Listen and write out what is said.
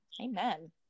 Amen